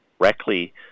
directly